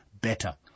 better